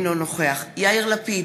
אינו נוכח יאיר לפיד,